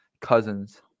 Cousins